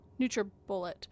nutribullet